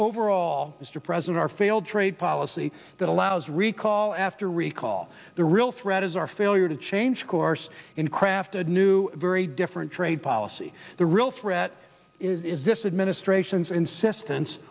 overall mr president our failed trade policy that allows recall after recall the real threat is our failure to change course in craft a new very different trade policy the real threat is this administration's insistence